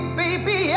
baby